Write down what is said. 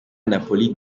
napoli